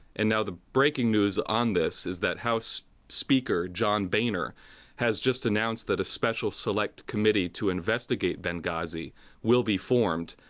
and now the breaking news on this is that house speaker john boehner has just announced that a special select committee to investigate benghazi will be formed,